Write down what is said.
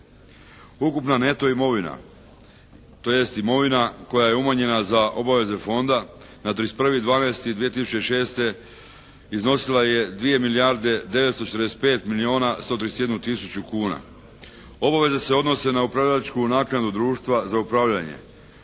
Ukupna neto imovina tj. imovina koja je umanjena za obaveze fonda na 31.12.2006. iznosila je 2 milijarde 945 milijuna 131 tisuću kuna. Obaveze se odnose na upravljačku naknadu društva za upravljanje